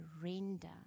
surrender